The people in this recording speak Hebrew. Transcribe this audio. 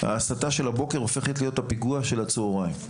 "ההסתה של הבוקר הופכת להיות הפיגוע של הצוהריים".